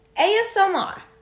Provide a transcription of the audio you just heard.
ASMR